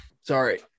Sorry